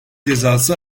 cezası